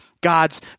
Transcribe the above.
God's